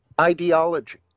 ideology